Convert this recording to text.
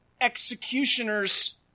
executioner's